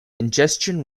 ingestion